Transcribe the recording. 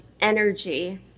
energy